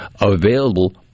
available